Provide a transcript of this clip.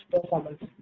performance